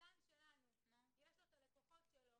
לגן שלנו יש את הלקוחות שלו